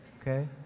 okay